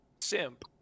simp